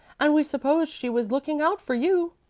and we supposed she was looking out for you.